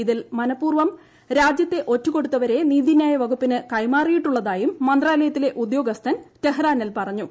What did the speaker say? ഇതിൽ മനഃപൂർവ്വം രാജ്യത്തെ ഒറ്റുകൊടുത്തവരെ നീതിന്യായ വകുപ്പിന് കൈമാറിയിട്ടുള്ളതായും മന്ത്രാലയത്തിലെ ഉദ്യോഗസ്ഥൻ ടെഹ്റാനിൽ പറഞ്ഞു